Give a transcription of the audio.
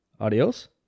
Adios